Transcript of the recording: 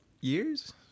years